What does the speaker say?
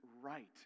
right